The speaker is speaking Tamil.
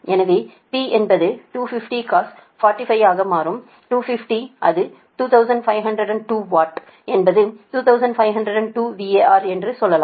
எனவே P என்பது 250 cos 45 ஆக மாறும் 250 அது 2502 வாட்என்பது 2502 VAR என்று சொல்லலாம்